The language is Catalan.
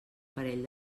parell